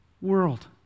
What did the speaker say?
world